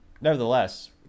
Nevertheless